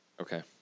Okay